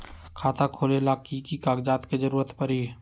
खाता खोले ला कि कि कागजात के जरूरत परी?